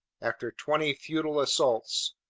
after twenty futile assaults,